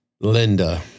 Linda